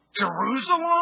Jerusalem